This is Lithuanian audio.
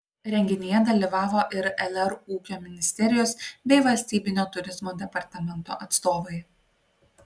renginyje dalyvavo ir lr ūkio ministerijos bei valstybinio turizmo departamento atstovai